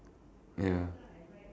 ya